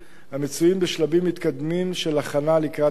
המצויים בשלבים מתקדמים של הכנה לקראת יישום.